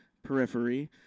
Periphery